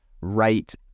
right